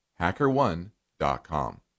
Hackerone.com